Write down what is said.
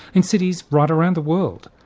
in cities right around the world.